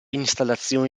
installazioni